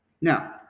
Now